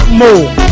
more